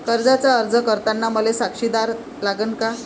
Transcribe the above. कर्जाचा अर्ज करताना मले साक्षीदार लागन का?